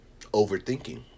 Overthinking